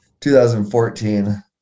2014